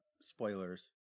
spoilers